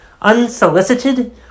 unsolicited